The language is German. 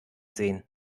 sehen